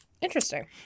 Interesting